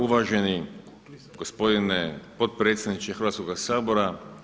Uvaženi gospodine potpredsjedniče Hrvatskoga sabora.